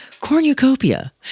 cornucopia